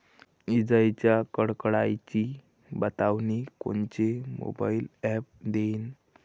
इजाइच्या कडकडाटाची बतावनी कोनचे मोबाईल ॲप देईन?